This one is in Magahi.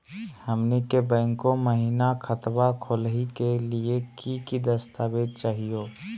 हमनी के बैंको महिना खतवा खोलही के लिए कि कि दस्तावेज चाहीयो?